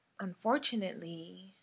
Unfortunately